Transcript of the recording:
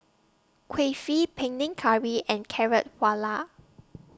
Kulfi Panang Curry and Carrot Halwa